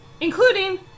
Including